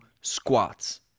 squats